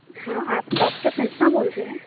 हाँ आप डॉक्टर संस्थान बोल रहे हैं